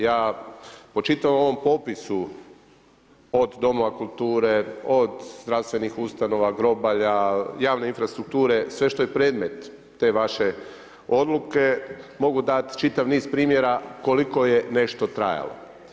Ja po čitavom ovom popisu od domova kulture, od zdravstvenih ustanova, grobalja, javne infrastrukture, sve što je predmet te vaše odluke, mogu dat čitav niz primjera koliko je nešto trajalo.